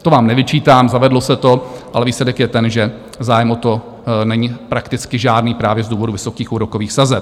To vám nevyčítám, zavedlo se to, ale výsledek je ten, že zájem o to není prakticky žádný právě z důvodu vysokých úrokových sazeb.